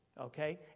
Okay